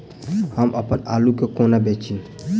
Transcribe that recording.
हम अप्पन आलु केँ कोना बेचू?